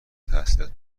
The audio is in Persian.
تحصیلات